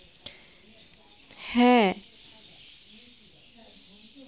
হ্যাঁ